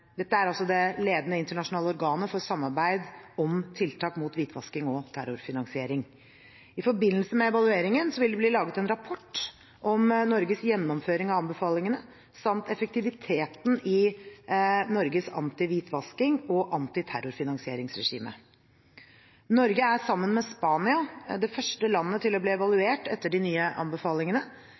Dette er det ledende internasjonale organet for samarbeid om tiltak mot hvitvasking og terrorfinansiering. I forbindelse med evalueringen vil det bli laget en rapport om Norges gjennomføring av anbefalingene, samt om effektiviteten i Norges anti-hvitvaskings- og anti-terrorfinansieringsregime. Norge er sammen med Spania det første landet til å bli evaluert etter de nye anbefalingene,